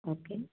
okay